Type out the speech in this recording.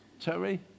Terry